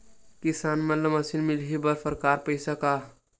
किसान मन ला मशीन मिलही बर सरकार पईसा का?